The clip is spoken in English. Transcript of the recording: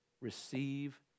receive